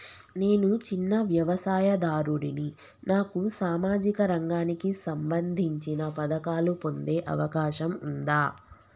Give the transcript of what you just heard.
నేను చిన్న వ్యవసాయదారుడిని నాకు సామాజిక రంగానికి సంబంధించిన పథకాలు పొందే అవకాశం ఉందా?